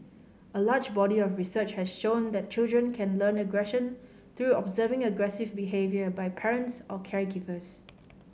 a large body of research has shown that children can learn aggression through observing aggressive behaviour by parents or caregivers